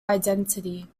identity